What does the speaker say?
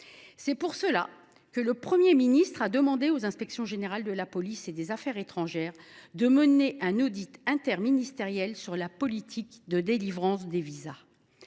C’est pour cela qu’il a demandé aux inspections générales de la police nationale et des affaires étrangères de mener un audit interministériel sur la politique de délivrance des visas.